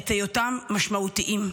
את היותם משמעותיים.